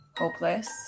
hopeless